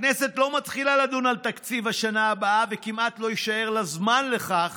הכנסת לא מתחילה לדון על תקציב השנה הבאה וכמעט לא יישאר לה זמן לכך